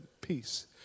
peace